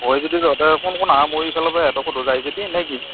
হয় যদি তহঁতে কোন কোন আহা মই এইফালৰ পৰা সিহঁতকো সুধোঁ যায় যদি নে কি